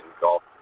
Golf